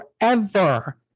forever